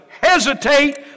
hesitate